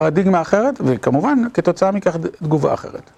פרדיגמה אחרת, וכמובן, כתוצאה מכך תגובה אחרת.